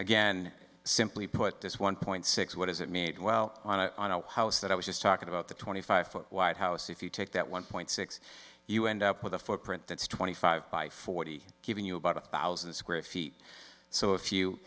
again simply put this one point six what is it made well on a house that i was just talking about the twenty five foot wide house if you take that one point six you end up with a footprint that's twenty five by forty giving you about a thousand square feet so if you